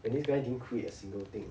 and this guy didn't create a single thing